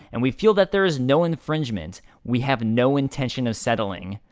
and we feel that there is no infringement. we have no intention of settling.